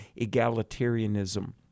egalitarianism